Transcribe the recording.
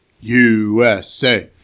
USA